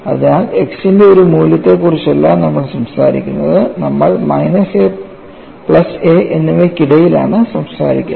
അതിനാൽ x ന്റെ ഒരു മൂല്യത്തെയുംക്കുറിച്ചല്ല നമ്മൾ സംസാരിക്കുന്നത് നമ്മൾ മൈനസ് a പ്ലസ് aഎന്നിവയ്ക്കിടയിലാണ് സംസാരിക്കുന്നത്